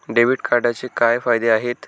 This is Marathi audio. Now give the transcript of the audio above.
डेबिट कार्डचे काय फायदे आहेत?